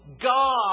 God